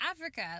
Africa